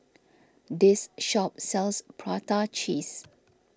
this shop sells Prata Cheese